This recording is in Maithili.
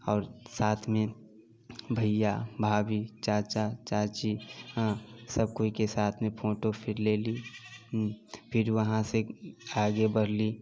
आओर साथमे भैया भाभी चाचा चाची हँ सब केओके साथमे फोटो फिर लेली फिर वहाँ से आगे बढ़ली